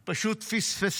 היא פשוט פספסה.